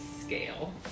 scale